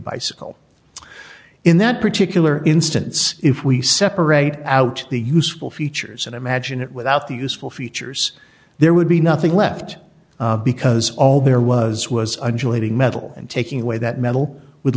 bicycle in that particular instance if we separate out the useful features and imagine it without the useful features there would be nothing left because all there was was undulating metal and taking away that metal would